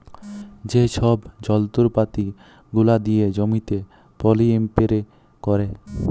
যে ছব যল্তরপাতি গুলা দিয়ে জমিতে পলী ইস্পেরে ক্যারে